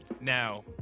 Now